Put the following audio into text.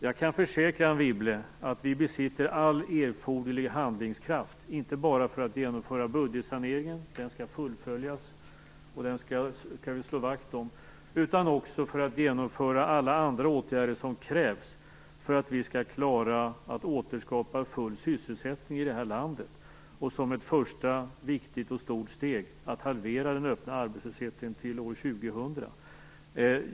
Jag kan försäkra Anne Wibble att vi besitter all erforderlig handlingskraft, inte bara för att genomföra budgetsaneringen - den skall fullföljas och den skall vi slå vakt om - utan också för att genomföra alla andra åtgärder som krävs för att vi skall klara att återskapa full sysselsättning i landet. Ett första, viktigt och stort steg är att halvera arbetslösheten till år 2000.